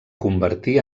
convertir